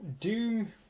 Doom